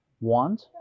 want